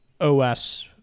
OS